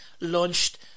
launched